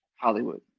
Hollywood